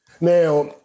Now